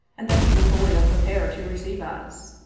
and that he was wholly unprepared to receive us.